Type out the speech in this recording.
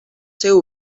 seu